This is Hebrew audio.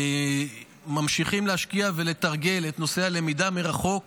אנחנו ממשיכים להשקיע ולתרגל את נושא הלמידה מרחוק,